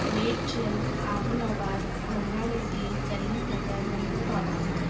made چل Adilabad Rangareddy Karimnagar محبوب آباد